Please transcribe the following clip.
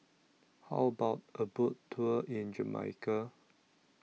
How about A Boat Tour in Jamaica